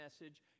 message